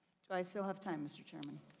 do i still have time, mister chairman?